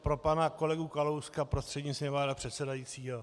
Pro pana kolegu Kalouska prostřednictvím pana předsedajícího.